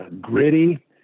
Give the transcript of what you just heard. gritty